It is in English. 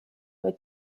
were